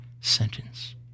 sentence